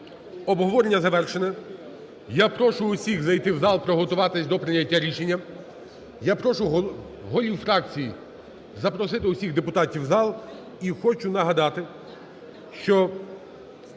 обговорення завершене. Я прошу усіх зайти в зал, приготуватися до прийняття рішення. Я прошу голів фракцій запросити усіх депутатів в зал. І хочу нагадати, що